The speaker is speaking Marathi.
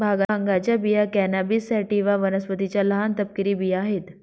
भांगाच्या बिया कॅनॅबिस सॅटिवा वनस्पतीच्या लहान, तपकिरी बिया आहेत